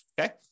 okay